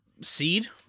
seed